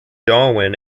darwin